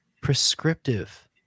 prescriptive